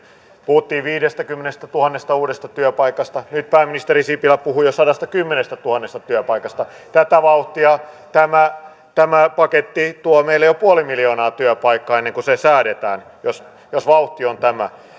puhuttiin viidestäkymmenestätuhannesta uudesta työpaikasta nyt pääministeri sipilä puhui jo sadastakymmenestätuhannesta työpaikasta tätä vauhtia tämä tämä paketti tuo meille jo puoli miljoonaa työpaikkaa ennen kuin se säädetään jos jos vauhti on tämä